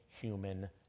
human